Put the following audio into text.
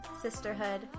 sisterhood